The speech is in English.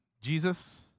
Jesus